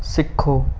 ਸਿੱਖੋ